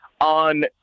on